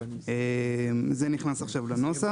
זה נכנס עכשיו לנוסח.